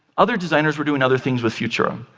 other designers were doing other things with futura.